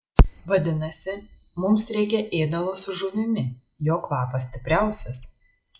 vadinasi mums reikia ėdalo su žuvimi jo kvapas stipriausias